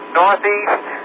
northeast